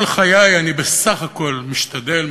כל חיי אני בסך הכול משתדל,